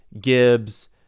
Gibbs